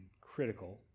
critical